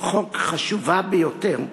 חוק חשובה ביותר,